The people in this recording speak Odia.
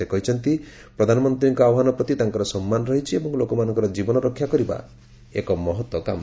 ସେ କହିଛନ୍ତି ପ୍ରଧାନମନ୍ତ୍ରୀଙ୍କ ଆହ୍ନାନ ପ୍ରତି ତାଙ୍କର ସମ୍ମାନ ରହିଛି ଏବଂ ଲୋକମାନଙ୍କର ଜୀବନ ରକ୍ଷା କରିବା ଏକ ମହତ୍ କାମ